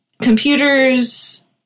computers